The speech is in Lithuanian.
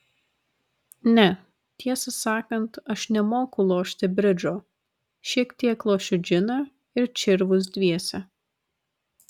ne tiesą sakant aš nemoku lošti bridžo šiek tiek lošiu džiną ir čirvus dviese